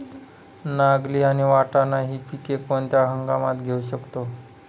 नागली आणि वाटाणा हि पिके कोणत्या हंगामात घेऊ शकतो?